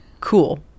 cool